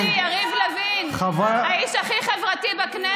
חבר הכנסת יריב לוין, האיש הכי חברתי בכנסת.